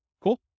Cool